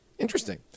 Interesting